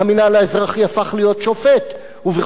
ובכל מקרה כזה הוא גם מעדיף את הצד הערבי.